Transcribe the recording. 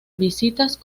visitas